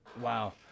Wow